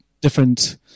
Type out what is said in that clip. different